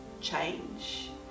change